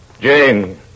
Jane